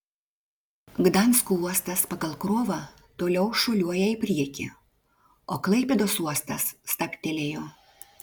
gdansko uostas pagal krovą toliau šuoliuoja į priekį o klaipėdos uostas stabtelėjo